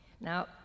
Now